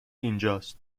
اینجاست